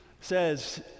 says